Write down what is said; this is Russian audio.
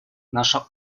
наша